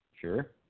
Sure